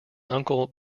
uncle